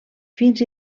fins